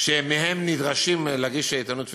שמהם נדרשים להגיש איתנות פיננסית.